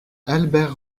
albert